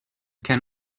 can